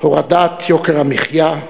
הורדת יוקר המחיה,